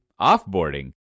offboarding